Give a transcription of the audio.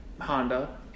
Honda